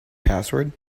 password